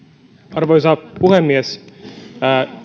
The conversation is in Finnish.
arvoisa puhemies